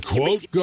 Quote